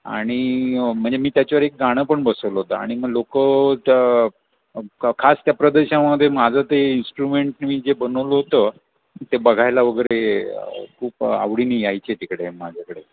आणि म्हणजे मी त्याच्यावर एक गाणं पण बसवलं होतं आणि मग लोकं त्या खास त्या प्रदर्शनामध्ये माझं ते इंस्ट्रुमेंट मी जे बनवलं होतं ते बघायला वगैरे खूप आवडीने यायचे तिकडे माझ्याकडे